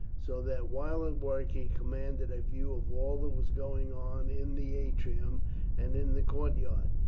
so that, while at work, he commanded a view of all that was going on in the atrium and in the courtyard.